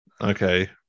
Okay